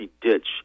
ditch